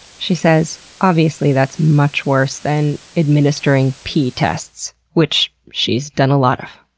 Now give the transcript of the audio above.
she says, obviously, that's much worse than administering pee tests. which she's done a lot of.